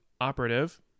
operative